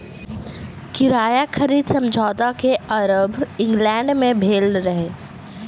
किराया खरीद समझौता के आरम्भ इंग्लैंड में भेल रहे